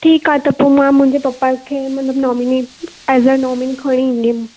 ठीकु आहे त पोइ मां मुंहिंजे पप्पा खे मतलबु नॉमिनेट एस नॉमिन खणी ईंदमि